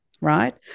right